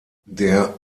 der